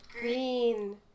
green